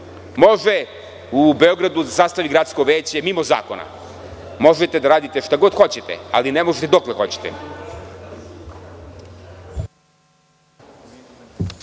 Može u Beogradu da sastavi gradsko veće mimo zakona, možete da radite šta god hoćete, ali ne možete dokle hoćete.